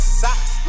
socks